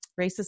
racist